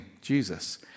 Jesus